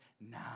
now